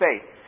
faith